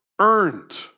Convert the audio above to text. earned